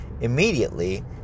Immediately